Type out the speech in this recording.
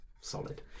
solid